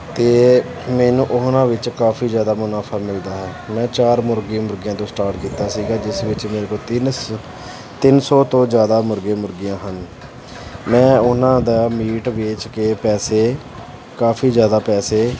ਅਤੇ ਮੈਨੂੰ ਉਹਨਾਂ ਵਿੱਚ ਕਾਫੀ ਜ਼ਿਆਦਾ ਮੁਨਾਫਾ ਮਿਲਦਾ ਹੈ ਮੈਂ ਚਾਰ ਮੁਰਗੇ ਮੁਰਗੀਆਂ ਤੋਂ ਸਟਾਰਟ ਕੀਤਾ ਸੀਗਾ ਜਿਸ ਵਿੱਚ ਮੇਰੇ ਕੋਲ ਤਿੰਨ ਸੌ ਤਿੰਨ ਸੌ ਤੋਂ ਜ਼ਿਆਦਾ ਮੁਰਗੇ ਮੁਰਗੀਆਂ ਹਨ ਮੈਂ ਉਹਨਾਂ ਦਾ ਮੀਟ ਵੇਚ ਕੇ ਪੈਸੇ ਕਾਫੀ ਜ਼ਿਆਦਾ ਪੈਸੇ